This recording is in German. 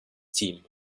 team